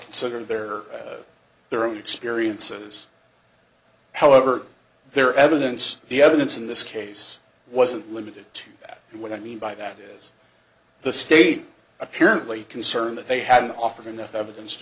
nder their their own experiences however their evidence the evidence in this case wasn't limited to that what i mean by that is the state apparently concerned that they had offered enough evidence to